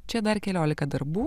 čia dar keliolika darbų